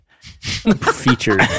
featured